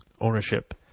ownership